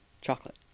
chocolate